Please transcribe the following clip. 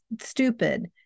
stupid